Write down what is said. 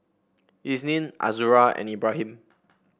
Isnin Azura and Ibrahim